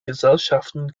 gesellschaften